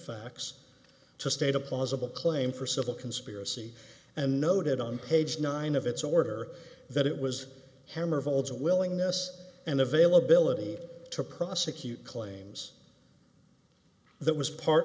facts to state a plausible claim for civil conspiracy and noted on page nine of its order that it was hammered holds a willingness and availability to prosecute claims that was part